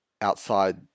outside